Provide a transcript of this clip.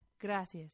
Gracias